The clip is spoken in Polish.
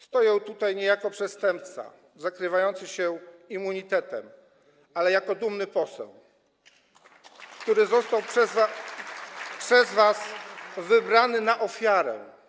Stoję tutaj nie jako przestępca zakrywający się immunitetem, ale jako dumny poseł, który został przez was wybrany na ofiarę.